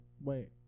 wait